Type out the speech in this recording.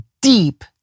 deep